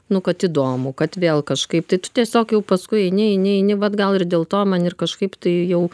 nu kad įdomu kad vėl kažkaip tai tu tiesiog jau paskui eini eini eini vat gal ir dėl to man ir kažkaip tai jau